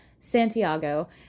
Santiago